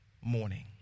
morning